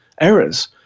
errors